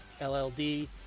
lld